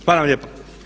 Hvala vam lijepa.